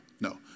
No